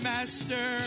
Master